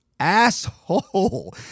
asshole